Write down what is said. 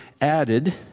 added